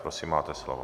Prosím, máte slovo.